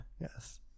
Yes